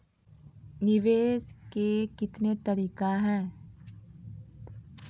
निवेश के कितने तरीका हैं?